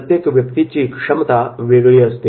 प्रत्येक व्यक्तीची क्षमता वेगळी असते